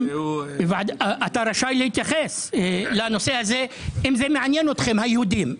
אתה רשאי להתייחס לנושא הזה אם זה מעניין אתכם היהודים.